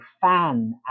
fan